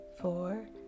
four